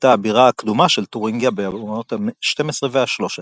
הייתה הבירה הקדומה של תורינגיה במאות ה-12 וה-13.